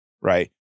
Right